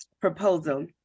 proposal